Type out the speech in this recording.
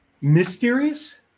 Mysterious